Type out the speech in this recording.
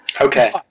Okay